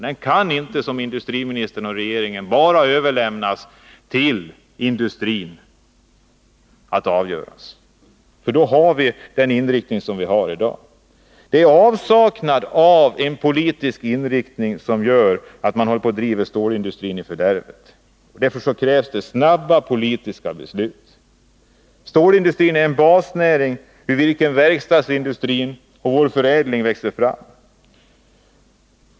Den kan inte — som industriministern och regeringen vill — bara överlämnas till industrins avgörande, för då får vi den inriktning som vi har i dag. Det är avsaknad av en politisk inriktning som gör att man håller på att driva stålindustrin i fördärvet. Därför krävs det snabba politiska beslut. Stålindustrin är en basnäring, ur vilken verkstadsindustrin och förädlingsindustrin växer fram.